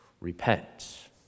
Repent